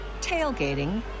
tailgating